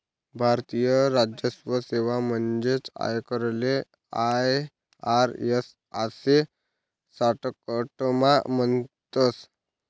भारतीय राजस्व सेवा म्हणजेच आयकरले आय.आर.एस आशे शाटकटमा म्हणतस